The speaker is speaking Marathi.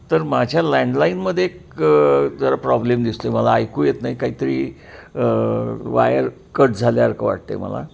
तर माझ्या लँडलाईनमध्ये एक जरा प्रॉब्लेम दिसतो आहे मला ऐकू येत नाही काहीतरी वायर कट झाल्यासारखं वाटतं आहे मला